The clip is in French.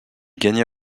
gagna